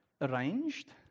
arranged